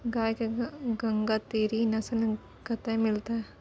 गाय के गंगातीरी नस्ल कतय मिलतै?